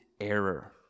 error